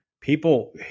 people